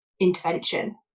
intervention